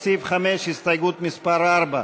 לסעיף 5, הסתייגות מס' 4,